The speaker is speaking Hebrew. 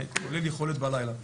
כולל יכולת בלילה.